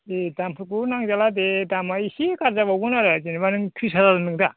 दे दामफोरखौ नांजाला दे दामा इसे गारजाबावगोन आरो जेनेबा नों थ्रिस हाजार बुंदों दा